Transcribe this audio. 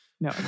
No